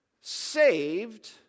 saved